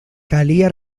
calia